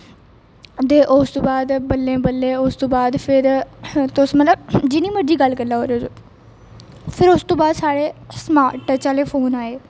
उस तू बाद बल्लें बल्लें उस तू बाद फिर तुस मतलब जिन्नी मर्जी गल्ल करी लैओ ओहदे बिच फिर उस तू बाद साढ़े स्मार्ट टच आहले फोन आए